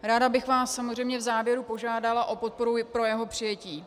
Ráda bych vás samozřejmě v závěru požádala o podporu pro jeho přijetí.